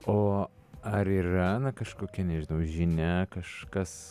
o ar yra na kažkokia nežinau žinia kažkas